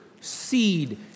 seed